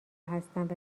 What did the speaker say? هستند